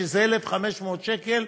שזה 1,500 שקל,